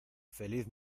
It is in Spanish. feliz